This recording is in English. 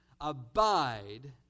abide